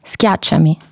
Schiacciami